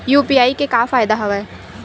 UPI के का फ़ायदा हवय?